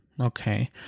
okay